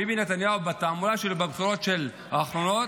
ביבי נתניהו בתעמולה שלו בבחירות האחרונות